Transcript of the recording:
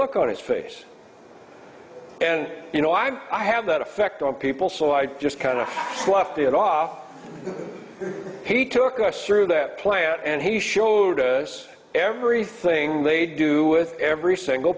look on his face and you know i'm i have that effect on people so i just kind of slough it off he took us through that plant and he showed us everything they do with every single